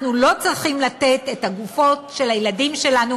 אנחנו לא צריכים לתת את הגוף של הילדים שלנו